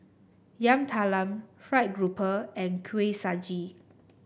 Yam Talam fried grouper and Kuih Suji